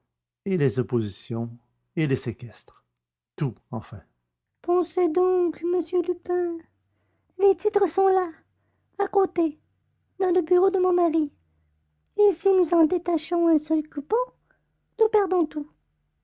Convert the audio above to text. et les oppositions et les séquestres tout enfin pensez donc monsieur lupin les titres sont là à côté dans le bureau de mon mari et si nous en détachons un seul coupon nous perdons tout